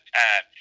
time